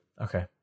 Okay